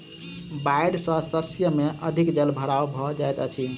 बाइढ़ सॅ शस्य में अधिक जल भराव भ जाइत अछि